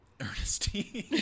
Ernestine